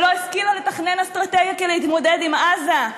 שלא השכילה לתכנן אסטרטגיה כדי להתמודד עם עזה,